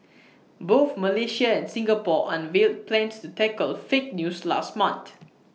both Malaysia and Singapore unveiled plans to tackle fake news last month